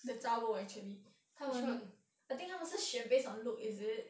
the zha bor actually 他们 I think 他们是选 based on look is it